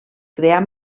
crear